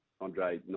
Andre